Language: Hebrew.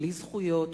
בלי זכויות,